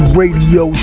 radio